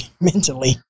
mentally